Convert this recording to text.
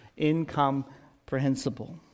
incomprehensible